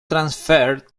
transferred